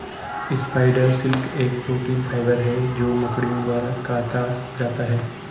spider silk एक protein fibre है जो मकड़ियों द्वारा काता जाता है